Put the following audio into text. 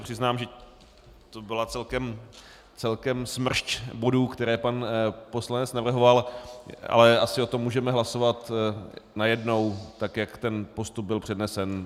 Přiznám se, že to byla celkem smršť bodů, které pan poslanec navrhoval, ale asi o tom můžeme hlasovat najednou, tak jak ten postup byl přednesen.